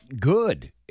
good